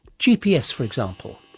gps, for example.